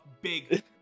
big